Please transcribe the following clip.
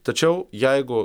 tačiau jeigu